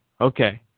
Okay